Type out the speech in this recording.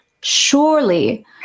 Surely